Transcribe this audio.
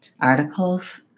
articles